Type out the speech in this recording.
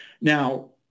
Now